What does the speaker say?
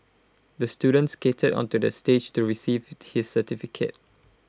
the student skated onto the stage to receive his certificate